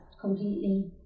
completely